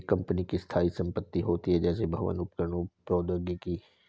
एक कंपनी की स्थायी संपत्ति होती हैं, जैसे भवन, उपकरण और प्रौद्योगिकी